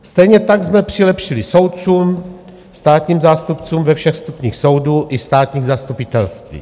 Stejně tak jsme přilepšili soudcům, státním zástupcům ve všech stupních soudů i státních zastupitelství.